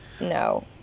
no